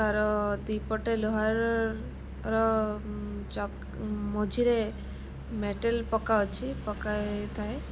ତା'ର ଦୁଇପଟେ ଲୁହାର ର ମଝିରେ ମେଟାଲ ପକା ଅଛି ପକା ହେଇ ଥାଏ